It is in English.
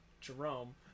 Jerome